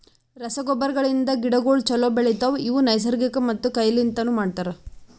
ರಸಗೊಬ್ಬರಗಳಿಂದ್ ಗಿಡಗೋಳು ಛಲೋ ಬೆಳಿತವ, ಇವು ನೈಸರ್ಗಿಕ ಮತ್ತ ಕೈ ಲಿಂತನು ಮಾಡ್ತರ